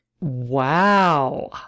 wow